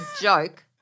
joke